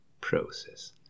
process